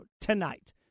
tonight